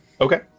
okay